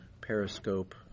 periscope